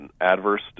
adverse